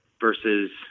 versus